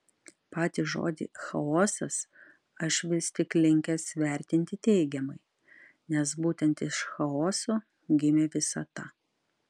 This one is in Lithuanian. patį žodį chaosas aš vis tik linkęs vertinti teigiamai nes būtent iš chaoso gimė visata